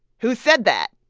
who said that?